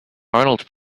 arnold